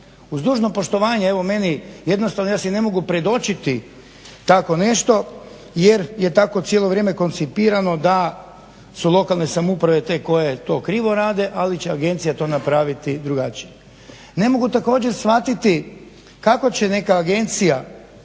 Uz dužno poštovanje evo meni jednostavno ja si ne mogu predočiti tako nešto, jer je tako cijelo vrijeme koncipirano da su lokalne samouprave te koje to krivo rade, ali će agencija to napraviti drugačije. Ne mogu također shvatiti kako će neka agencija